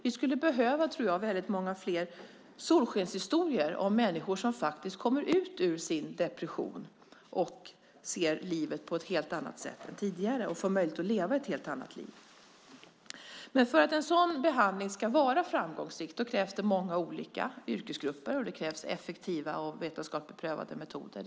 Vi skulle behöva väldigt många fler solskenshistorier om människor som kommer ut ur sin depression och ser livet på ett helt annat sätt än tidigare och får möjlighet att leva ett helt annat liv. Men för att en behandling ska vara framgångsrik krävs det många olika yrkesgrupper. Det krävs effektiva och vetenskapligt beprövade metoder.